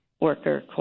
worker